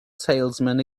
salesman